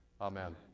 Amen